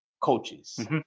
coaches